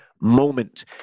moment